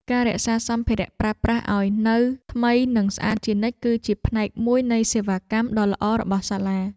ការរក្សាសម្ភារៈប្រើប្រាស់ឱ្យនៅថ្មីនិងស្អាតជានិច្ចគឺជាផ្នែកមួយនៃសេវាកម្មដ៏ល្អរបស់សាលា។